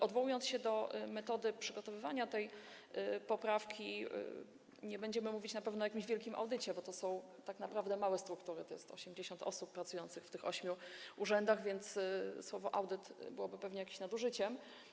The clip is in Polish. Odwołując się do metody przygotowywania tej poprawki, nie będziemy na pewno mówić o jakimś wielkim audycie, bo chodzi tu tak naprawdę o małe struktury, czyli o 80 osób pracujących w tych 8 urzędach, więc słowo „audyt” byłoby tu pewnie jakimś nadużyciem.